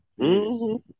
-hmm